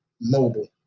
mobile